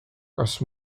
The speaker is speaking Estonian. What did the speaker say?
kas